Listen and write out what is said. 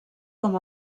com